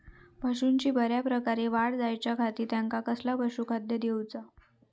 पशूंची बऱ्या प्रकारे वाढ जायच्या खाती त्यांका कसला पशुखाद्य दिऊचा?